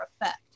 effect